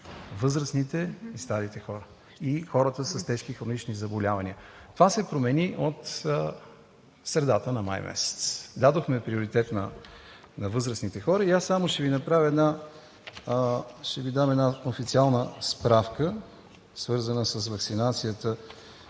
възрастните и старите хора, и хората с тежки хронични заболявания. Това се промени от средата на май месец – дадохме приоритет на възрастните хора. И аз само ще Ви дам една официална справка, свързана с ваксинацията